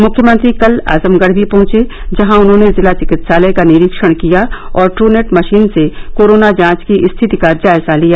मुख्यमंत्री कल आजमगढ़ भी पहंचे जहां उन्होंने जिला चिकित्सालय का निरीक्षण किया और टू नेट मशीन से कोरोना जांच की स्थिति का जायजा लिया